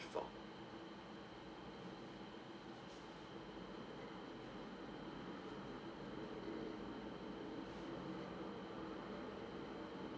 before